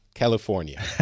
California